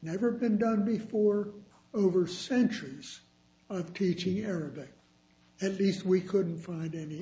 never been done before over centuries of teaching arabic at least we couldn't find any